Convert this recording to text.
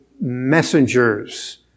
messengers